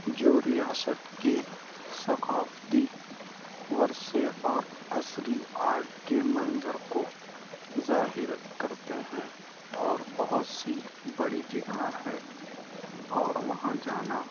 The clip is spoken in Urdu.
جو ریاست کے ثقافتی ورثے اور عصری آرٹ کے منظر کو ظاہر کرتے ہیں اور بہت سی بڑی جگہ ہے اور وہاں جانا